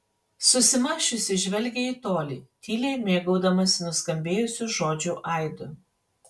susimąsčiusi žvelgė į tolį tyliai mėgaudamasi nuskambėjusių žodžių aidu